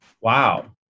wow